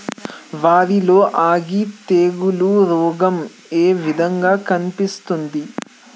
వరి లో అగ్గి తెగులు రోగం ఏ విధంగా కనిపిస్తుంది?